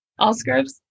Allscripts